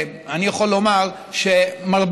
אני יכול לומר שמרבית